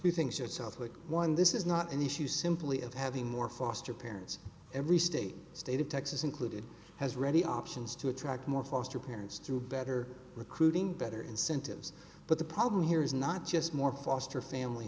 to things that sound like one this is not an issue simply of having more foster parents every state state of texas included has ready options to attract more foster parents through better recruiting better incentives but the problem here is not just more foster family